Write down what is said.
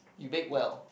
you bake well